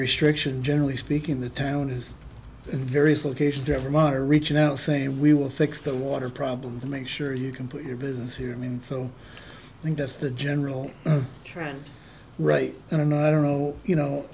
restriction generally speaking the town has various locations ever my reaching out saying we will fix the water problem to make sure you can put your business here i mean so i think that's the general trend right you know i don't know you know